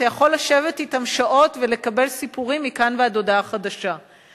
ואתה יכול לשבת אתם שעות ולקבל סיפורים מכאן ועד להודעה חדשה.